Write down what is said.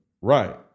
Right